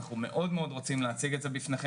אנחנו מאוד רוצים להציג את זה בפניכם,